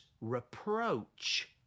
reproach